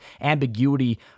ambiguity